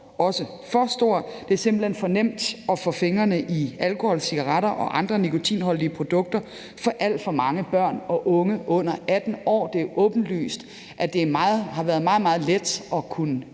også for stor. Det er simpelt hen for nemt at få fingrene i alkohol, cigaretter og andre nikotinholdige produkter for alt for mange børn og unge under 18 år. Det er åbenlyst, at det har været meget, meget let at kunne